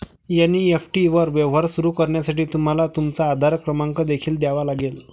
NEFT वर व्यवहार सुरू करण्यासाठी तुम्हाला तुमचा आधार क्रमांक देखील द्यावा लागेल